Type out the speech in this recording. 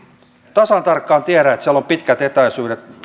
tasan tarkkaan tiedän että siellä on pitkät etäisyydet